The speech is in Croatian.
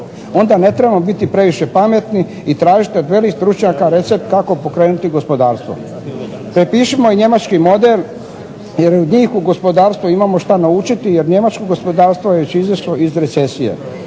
Onda ne trebamo biti previše pametni i tražiti od velikih stručnjaka recept kako pokrenuti gospodarstvo. Prepišimo i njemački model jer od njih u gospodarstvu imamo šta naučiti jer njemačko gospodarstvo je već izašlo iz recesije.